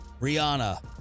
Rihanna